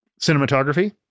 cinematography